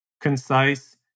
concise